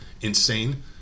insane